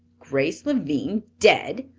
grace lavine dead?